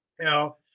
now